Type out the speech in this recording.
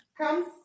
Comes